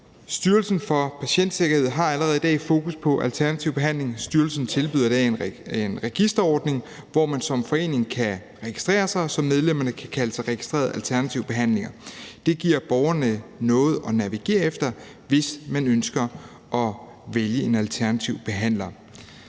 Styrelsen for Patientsikkerhed har allerede i dag fokus på alternativ behandling. Styrelsen tilbyder i dag en registerordning, hvor man som forening kan registrere sig, så medlemmerne kan kalde sig for registrerede alternative behandlere. Det giver borgerne noget at navigere efter, hvis man ønsker at vælge en alternativ behandler.